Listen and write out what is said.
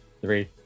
Three